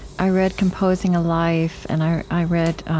i read composing a life, and i i read